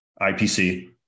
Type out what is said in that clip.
ipc